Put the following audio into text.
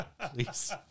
please